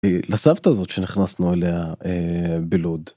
לסבתא הזאת שנכנסנו אליה בלוד.